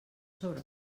sobre